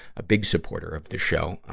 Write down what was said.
a big supporter of the show.